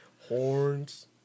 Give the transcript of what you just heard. horns